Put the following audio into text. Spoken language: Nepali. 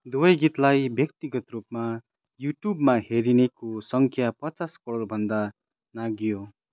दुवै गीतलाई व्यक्तिगत रूपमा युट्युबमा हेरिनेको सङ्ख्या पचास करोडभन्दा नाघ्यो